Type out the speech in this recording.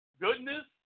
goodness